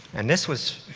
and this was